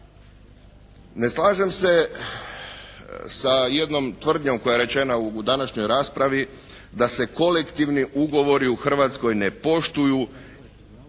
Ne slažem se sa jednom tvrdnjom koja je rečena u današnjoj raspravi da se kolektivni ugovori u Hrvatskoj ne poštuju.